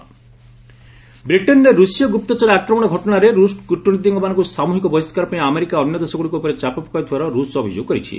Russia US ବ୍ରିଟେନରେ ରଷିୟ ଗୁପ୍ତଚର ଆକ୍ରମଣ ଘଟଣାରେ ରଷ କୁଟନୀତିଜ୍ଞମାନଙ୍କୁ ସାମୁହିକ ବହିଷ୍କାର ପାଇଁ ଆମେରିକା ଅନ୍ୟ ଦେଶଗୁଡିକ ଉପରେ ଚାପ ପକାଉଥିବାର ରଷ ଅଭିଯୋଗ କରିଛି